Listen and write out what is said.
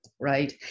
right